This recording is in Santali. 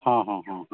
ᱦᱮᱸ ᱦᱮᱸ ᱦᱮᱸ